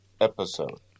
episode